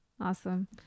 awesome